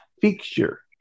fixture